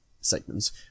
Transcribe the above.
segments